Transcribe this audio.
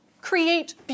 create